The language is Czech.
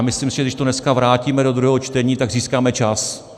Myslím si, že když to dneska vrátíme do druhého čtení, tak získáme čas.